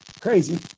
Crazy